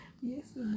Yes